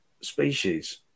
species